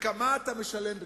וכמה אתה משלם מכיסך.